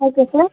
okay sir